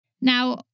Now